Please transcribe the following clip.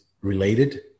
related